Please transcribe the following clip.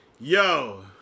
Yo